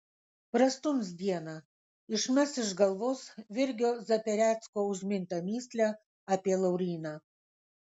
prastums dieną išmes iš galvos virgio zaperecko užmintą mįslę apie lauryną